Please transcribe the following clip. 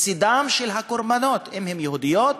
לצדן של הקורבנות, אם הן יהודיות